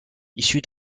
issus